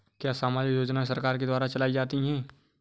क्या सामाजिक योजनाएँ सरकार के द्वारा चलाई जाती हैं?